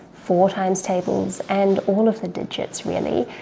four times tables, and all of the digits really.